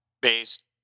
based